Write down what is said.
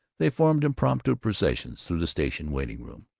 they formed impromptu processions through the station waiting-room.